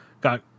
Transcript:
got